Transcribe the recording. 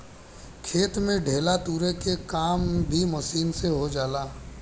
खेत में ढेला तुरे के काम भी मशीन से हो जाला